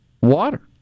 water